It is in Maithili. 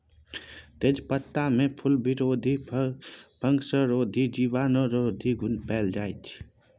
तेजपत्तामे फुलबरोधी, फंगसरोधी, जीवाणुरोधी गुण पाएल जाइ छै